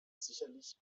sicherlich